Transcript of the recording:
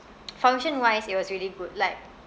function wise it was really good like